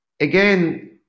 again